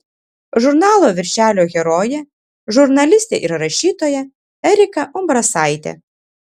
žurnalo viršelio herojė žurnalistė ir rašytoja erika umbrasaitė